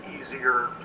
easier